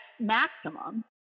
maximum